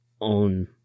own